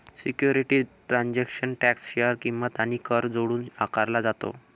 securities transaction tax share किंमत आणि कर जोडून आकारला जातो